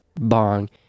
bong